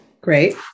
Great